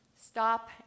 Stop